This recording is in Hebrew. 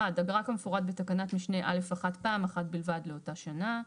- (1) אגרה כמפורט בתקנה משנה (א)(1) פעם אחת בלבד לאותה שנה.